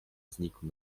znikł